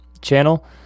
channel